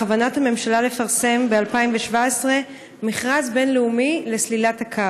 בכוונת הממשלה לפרסם ב-2017 מכרז בין-לאומי לסלילת הקו.